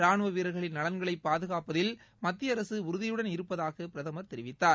ராணுவ வீரர்களின் நலன்களை பாதுகாப்பதில் மத்திய அரசு உறுதியுடன் இருப்பதாக பிரதமர் தெரிவித்தார்